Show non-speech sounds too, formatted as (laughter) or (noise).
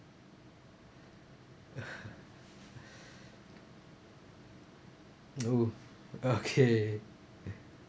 (laughs) (noise) oo okay (laughs)